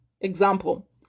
Example